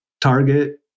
target